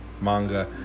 manga